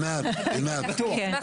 אני אשמח